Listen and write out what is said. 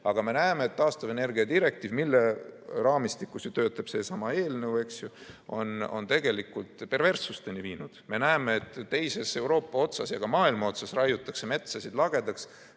Aga me näeme, et taastuvenergia direktiiv, mille raamistikku kuulub seesama eelnõu, eks ju, on tegelikult perverssusteni viinud. Me teame, et teises Euroopa otsas ja ka teises maailma otsas raiutakse metsasid lagedaks,